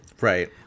Right